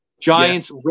Giants